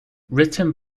written